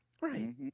Right